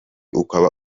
ukaba